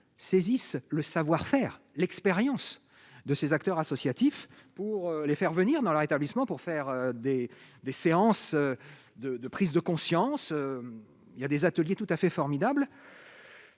saisissent le savoir-faire : l'expérience de ces acteurs associatifs pour les faire venir dans leur établissement pour faire des des séances de de prise de conscience, il y a des ateliers tout à fait formidables